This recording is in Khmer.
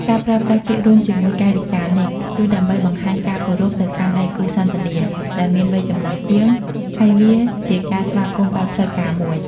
ការប្រើប្រាស់ពាក្យរួមជាមួយកាយវិការនេះ គឺដើម្បីបង្ហាញការគោរពទៅកាន់ដៃគូសន្ទនាដែលមានវ័យចំណាស់ជាង ហើយវាជាការស្វាគមន៍បែបផ្លូវការមួយ។